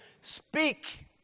speak